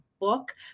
book